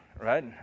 Right